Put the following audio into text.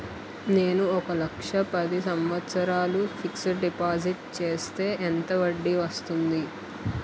నేను ఒక లక్ష పది సంవత్సారాలు ఫిక్సడ్ డిపాజిట్ చేస్తే ఎంత వడ్డీ వస్తుంది?